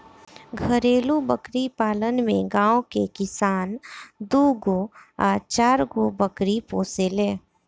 घरेलु बकरी पालन में गांव के किसान दूगो आ चारगो बकरी पोसेले